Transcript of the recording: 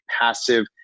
passive